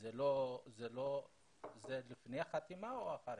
זה לפני החתימה או אחרי?